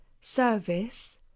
Service